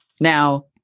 Now